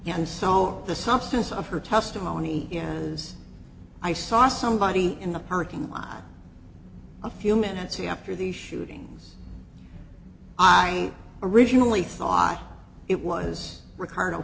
know so the substance of her testimony is i saw somebody in the parking lot a few minutes after the shooting i originally thought it was ricardo